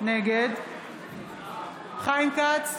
נגד חיים כץ,